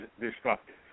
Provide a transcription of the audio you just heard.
destructive